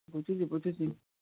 ବୁଝୁଛି ବୁଝୁଛି